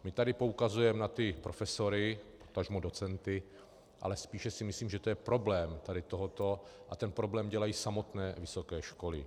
My taky poukazujeme na ty profesory, potažmo docenty, ale spíše si myslím, že to je problém tady tohoto a ten problém dělají samotné vysoké školy.